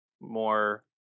more